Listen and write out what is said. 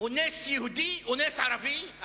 אנס יהודי, אנס ערבי,